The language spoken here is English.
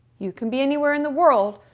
you can be anywhere in the world.